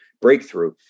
breakthrough